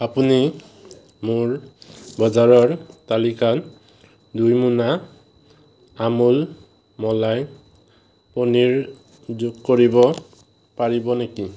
আপুনি মোৰ বজাৰৰ তালিকাত দুই মোনা আমুল মলাই পানীৰ যোগ কৰিব পাৰিব নেকি